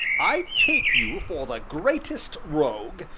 i take you for the greatest rogue,